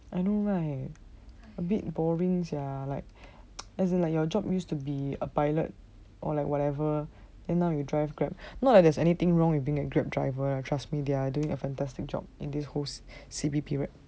I know right a bit boring sia like as in like your job used to be a pilot or like whatever and now you drive grab not like there's anything wrong with being a grab driver actually but trust me they are doing a fantastic job in this post C_B period